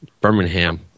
Birmingham